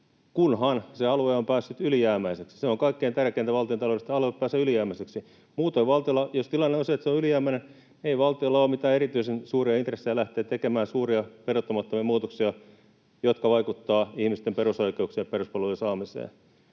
kunhan se alue on päässyt ylijäämäiseksi. Se on kaikkein tärkeintä valtiontaloudessa, että alueet pääsevät ylijäämäisiksi. Muutoin valtiolla, jos tilanne on se, että se on ylijäämäinen, ei ole mitään erityisen suuria intressejä lähteä tekemään suuria, peruuttamattomia muutoksia, jotka vaikuttavat ihmisten perusoikeuksiin ja peruspalveluiden saamiseen.